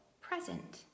present